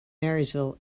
marysville